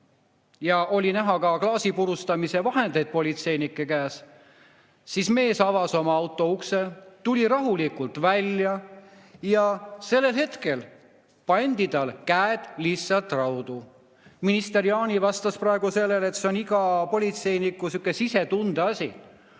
ja oli näha ka klaasi purustamise vahendeid politseinike käes, siis mees avas oma auto ukse, tuli rahulikult välja ja sellel hetkel pandi tal käed lihtsalt raudu. Minister Jaani vastas praegu sellele, et see on iga politseiniku sihuke sisetunde asi,